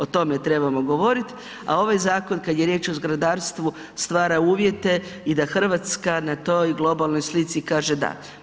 O tome trebamo govoriti, a ovaj zakon, kad je riječ o zgradarstvu, stvara uvjete i da Hrvatska na toj globalnoj slici kaže da.